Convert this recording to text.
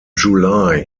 july